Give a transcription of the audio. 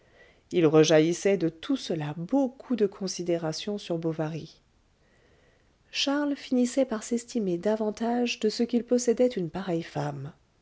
il rejaillissait de tout cela beaucoup de considération sur bovary charles finissait par s'estimer davantage de ce qu'il possédait une pareille femme